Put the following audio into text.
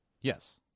Yes